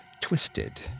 twisted